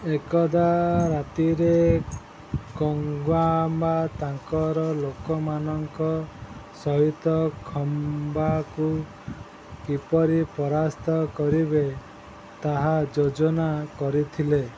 ଏକଦା ରାତିରେ କୋଙ୍ଗ୍ୟମ୍ବା ତାଙ୍କର ଲୋକମାନଙ୍କ ସହିତ ଖମ୍ବାକୁ କିପରି ପରାସ୍ତ କରିବେ ତାହା ଯୋଜନା କରିଥିଲେ